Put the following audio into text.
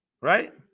Right